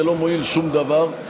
זה לא מועיל לשום דבר.